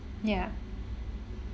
ya